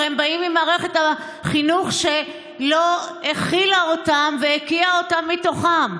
הרי הם באים ממערכת החינוך שלא הכילה אותם והקיאה אותם מתוכה.